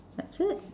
that's it